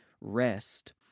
rest